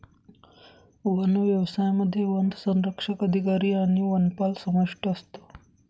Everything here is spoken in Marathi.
वन व्यवसायामध्ये वनसंरक्षक अधिकारी आणि वनपाल समाविष्ट असतो